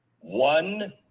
one